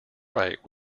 right